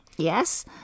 Yes